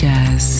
Jazz